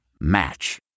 Match